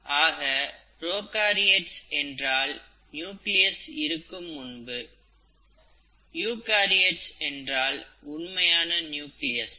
ஆக ப்ரோகாரியோட்ஸ் என்றால் நியூக்ளியஸ் இருக்கும் முன்பு யூகரியோட்ஸ் என்றால் உண்மையான நியூக்ளியஸ்